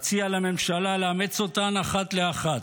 אציע לממשלה לאמץ אותן אחת לאחת.